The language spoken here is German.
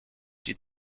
die